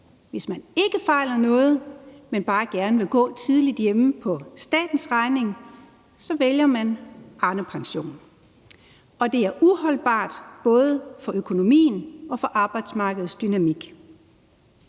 Hvis man ikke fejler noget, men bare gerne vil gå tidligt hjemme på statens regning, så vælger man Arnepensionen, og det er uholdbart både for økonomien og for arbejdsmarkedets dynamik.